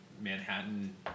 Manhattan